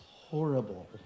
horrible